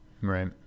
right